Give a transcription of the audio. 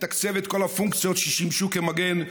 לתקצב את כל הפונקציות ששימשו כמגן,